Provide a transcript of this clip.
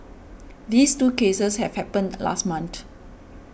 these two cases have happened last month